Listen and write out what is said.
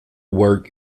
work